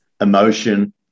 emotion